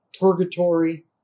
purgatory